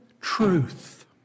truth